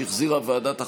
שהחזירה ועדת החוקה,